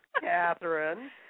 Catherine